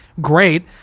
great